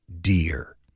dear